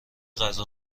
غذا